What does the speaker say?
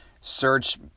search